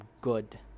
good